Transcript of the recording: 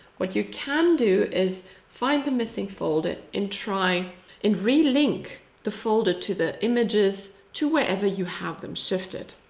what you can do is find the missing folder and try and re-link the folder to the images, to wherever you have them shifted.